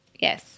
Yes